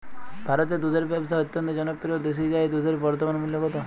ভারতে দুধের ব্যাবসা অত্যন্ত জনপ্রিয় দেশি গাই দুধের বর্তমান মূল্য কত?